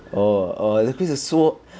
oh oh the quiz is so